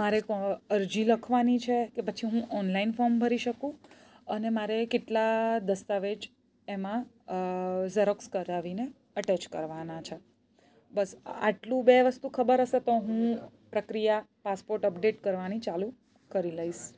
મારે અરજી લખવાની છે કે પછી હું ઓનલાઈન ફોમ ભરી શકું અને મારે કેટલા દસ્તાવેજ એમાં ઝેરોક્ષ કરાવીને અટેચ કરવાના છે બસ આટલું બે વસ્તુ ખબર હશે તો હું પ્રક્રિયા પાસપોર્ટ અપડેટ કરવાની ચાલુ કરી લઈશ